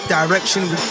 direction